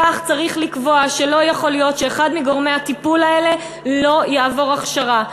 כך צריך לקבוע שלא יכול להיות שאחד מגורמי הטיפול האלה לא יעבור הכשרה,